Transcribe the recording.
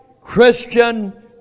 Christian